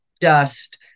dust